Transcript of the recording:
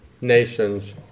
nations